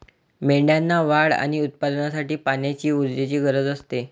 मेंढ्यांना वाढ आणि उत्पादनासाठी पाण्याची ऊर्जेची गरज असते